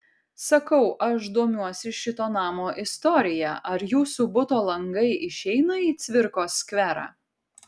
sakau aš domiuosi šito namo istorija ar jūsų buto langai išeina į cvirkos skverą